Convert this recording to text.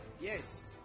yes